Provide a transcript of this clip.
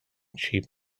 cheap